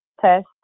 test